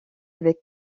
avec